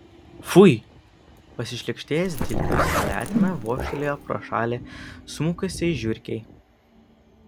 fui pasišlykštėjęs dilgius letena vožtelėjo pro šalį smukusiai žiurkei